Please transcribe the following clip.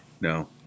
No